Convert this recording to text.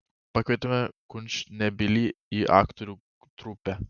pakvietėme kurčnebylį į aktorių trupę